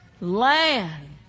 land